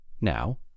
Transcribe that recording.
Now